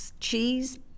cheese